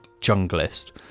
junglist